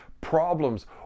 problems